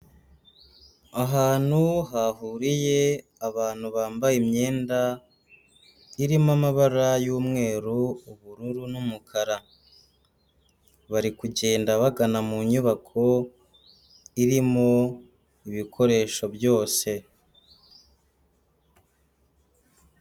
Ahantu hahuriye abantu bambaye imyenda irimo amabara y'umweru, ubururu, n'umukara. Bari kugenda bagana mu nyubako irimo ibikoresho byose.